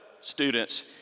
students